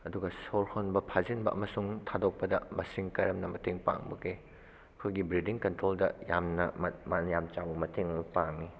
ꯑꯗꯨꯒ ꯁꯣꯔ ꯍꯣꯟꯕ ꯐꯥꯖꯤꯟꯕ ꯑꯃꯁꯨꯡ ꯊꯥꯗꯣꯛꯄꯗ ꯃꯁꯤꯡ ꯀꯔꯝꯅ ꯃꯇꯦꯡ ꯄꯥꯡꯕꯒꯦ ꯑꯩꯈꯣꯏꯒꯤ ꯕ꯭ꯔꯤꯗꯤꯡ ꯀꯟꯇ꯭ꯔꯣꯜꯗ ꯌꯥꯝꯅ ꯃꯥꯅ ꯌꯥꯝ ꯆꯥꯎꯕ ꯃꯇꯦꯡ ꯑꯃ ꯄꯥꯡꯏ